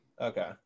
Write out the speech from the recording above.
Okay